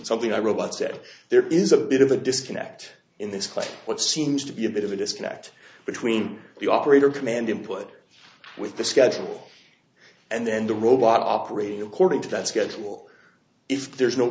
something i robot said there is a bit of a disconnect in this question what seems to be a bit of a disconnect between the operator command input with the schedule and then the robot operating according to that schedule if there's no